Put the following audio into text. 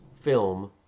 film